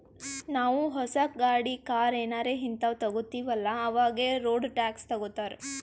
ನಾವೂ ಹೊಸ ಗಾಡಿ, ಕಾರ್ ಏನಾರೇ ಹಿಂತಾವ್ ತಗೊತ್ತಿವ್ ಅಲ್ಲಾ ಅವಾಗೆ ರೋಡ್ ಟ್ಯಾಕ್ಸ್ ತಗೋತ್ತಾರ್